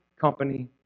company